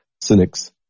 cynics